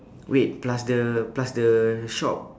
wait plus the plus the shop